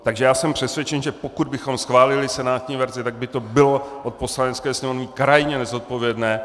Takže já jsem přesvědčen, že pokud bychom schválili senátní verzi, tak by to bylo od Poslanecké sněmovny krajně nezodpovědné.